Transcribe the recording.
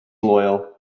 loyal